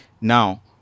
now